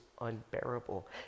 unbearable